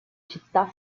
città